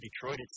Detroit